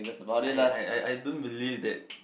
I I I I don't believe that